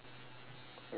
like what thing